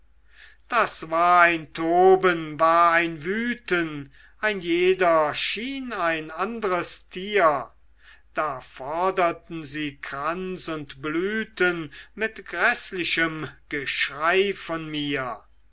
das war ein toben war ein wüten ein jeder schien ein andres tier da forderten sie kranz und blüten mit gräßlichem geschrei von mir